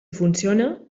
funciona